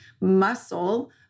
muscle